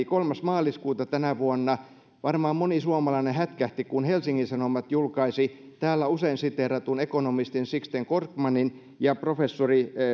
kolmas maaliskuuta tänä vuonna varmaan moni suomalainen hätkähti kun helsingin sanomat julkaisi täällä usein siteeratun ekonomistin sixten korkmanin ja professori